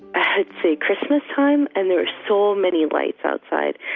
i'd say, christmas time. and there were so many lights outside.